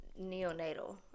neonatal